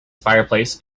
fireplace